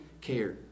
care